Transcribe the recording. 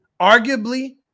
Arguably